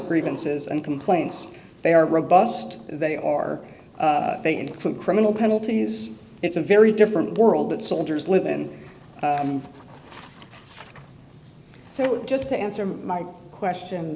grievances and complaints they are robust they are they include criminal penalties it's a very different world that soldiers live in so just to answer my question